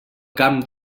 camp